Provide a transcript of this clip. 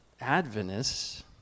Adventists